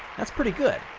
that's pretty good.